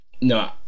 no